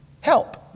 Help